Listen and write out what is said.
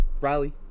Riley